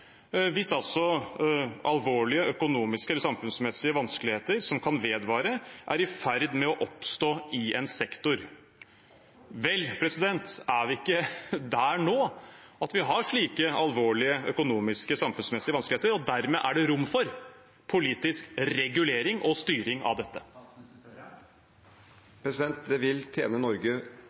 alvorlige økonomiske, samfunnsmessige eller miljømessige vanskeligheter som kan vedvare, er i ferd med å oppstå i en sektor». Vel, er vi ikke der nå at vi har slike alvorlige økonomiske og samfunnsmessige vanskeligheter, og at det dermed er rom for politisk regulering og styring av dette? Det vil tjene Norge,